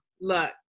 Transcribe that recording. look